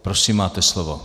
Prosím, máte slovo.